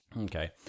Okay